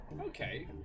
Okay